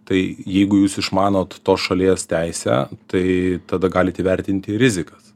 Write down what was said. tai jeigu jūs išmanot tos šalies teisę tai tada galite įvertinti rizikas